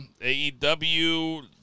AEW